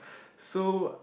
so